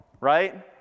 right